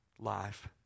life